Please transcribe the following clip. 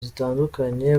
zitandukanye